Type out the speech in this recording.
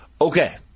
Okay